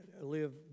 live